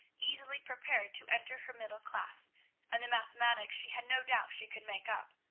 easily prepared to enter her middle class and the mathematics she had no doubt she could make up.